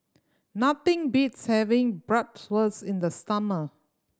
nothing beats having Bratwurst in the summer